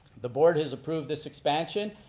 the board has approved this expansion,